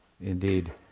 indeed